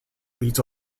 leads